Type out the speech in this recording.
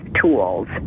tools